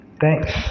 Thanks